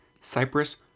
Cyprus